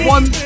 One